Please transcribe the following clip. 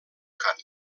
cant